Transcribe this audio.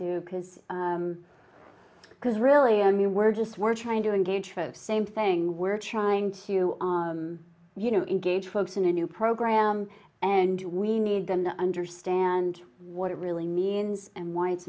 do because because really i mean we're just we're trying to engage for the same thing we're trying to you know engage folks in a new program and we need them to understand what it really means and why it's